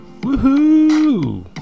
Woohoo